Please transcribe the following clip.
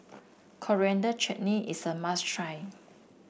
Coriander Chutney is a must try